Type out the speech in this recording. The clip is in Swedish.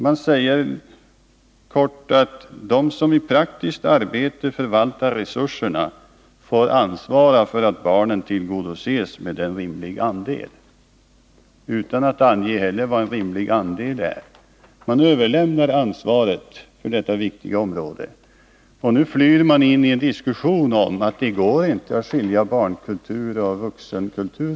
Man säger helt kort, att de som i praktiskt arbete förvaltar resurserna får ansvara för att barnen tillgodoses med en rimlig andel. Man anger inte ens vad en rimlig andel är. Ansvaret för detta viktiga område överger man och flyr in i en diskussion om att det inte går att skilja barnkultur från vuxenkultur.